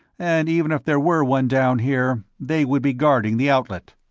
and even if there were one down here, they would be guarding the outlet.